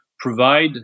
provide